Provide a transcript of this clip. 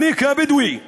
אני כבדואי גאה,